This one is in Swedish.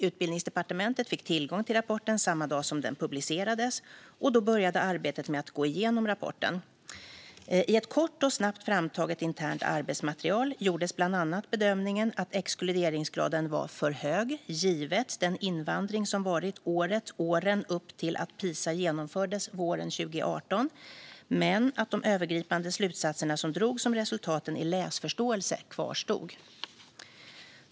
Utbildningsdepartementet fick tillgång till rapporten samma dag som den publicerades, och då började arbetet med att gå igenom rapporten. I ett kort och snabbt framtaget internt arbetsmaterial gjordes bland annat bedömningen att exkluderingsgraden var för hög givet den invandring som varit året eller åren upp till att Pisa genomfördes våren 2018 men att de övergripande slutsatserna som drogs om resultaten i läsförståelse kvarstod.